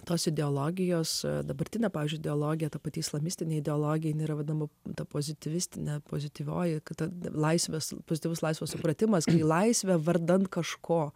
tos ideologijos dabartinė pavyzdžiui ideologija tapati islamistinei ideologija ji yra vadinama ta pozityvistinė pozityvioji kad laisvės pozityvus laisvės supratimas gali laisvę vardan kažko